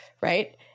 right